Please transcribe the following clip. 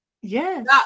yes